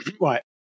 Right